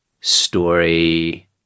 story